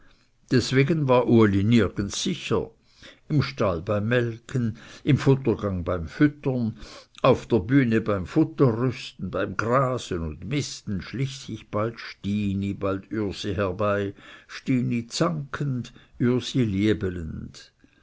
deswegen war uli nirgends sicher im stall beim melken im futtergang beim füttern auf der bühne beim futter rüsten beim grasen und misten schlich sich bald stini bald ürsi herbei stini zankend ürsi